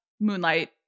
Moonlight